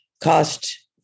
cost